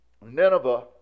Nineveh